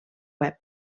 web